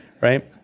right